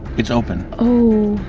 it's open. oh,